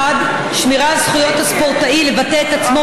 1. שמירה על זכויות הספורטאי לבטא את עצמו